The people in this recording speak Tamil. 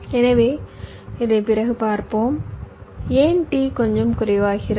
எனவே இதை பிறகு பார்ப்போம் ஏன் T கொஞ்சம் குறைவாகிறது